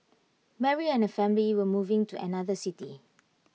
Mary and her family were moving to another city